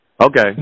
Okay